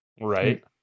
Right